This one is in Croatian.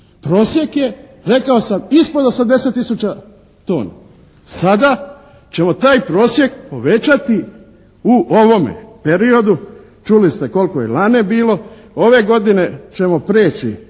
Prosjek je rekao sam ispod 80 tisuća tona. Sada ćemo taj prosjek povećati u ovome periodu. Čuli ste koliko je lani bilo. Ove godine ćemo preći,